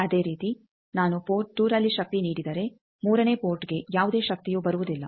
ಅದೇ ರೀತಿ ನಾನು ಪೋರ್ಟ್2ರಲ್ಲಿ ಶಕ್ತಿ ನೀಡಿದರೆ ಮೂರನೇ ಪೋರ್ಟ್ಗೆ ಯಾವುದೇ ಶಕ್ತಿಯು ಬರುವುದಿಲ್ಲ